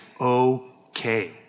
okay